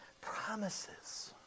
promises